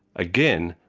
again,